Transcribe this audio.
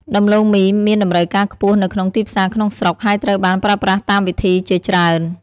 ដំឡូងមីមានតម្រូវការខ្ពស់នៅក្នុងទីផ្សារក្នុងស្រុក ហើយត្រូវបានប្រើប្រាស់តាមវិធីជាច្រើន។